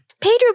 Pedro